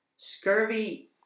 Scurvy